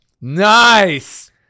Nice